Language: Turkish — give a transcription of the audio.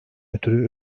ötürü